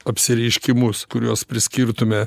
apsireiškimus kuriuos priskirtume